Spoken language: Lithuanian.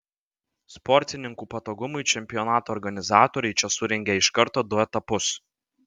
sportininkų patogumui čempionato organizatoriai čia surengė iš karto du etapus